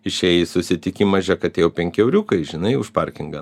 išėjai į susitikimą žiūrėk atėjai jau penki euriukai žinai už parkingą